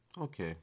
Okay